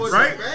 right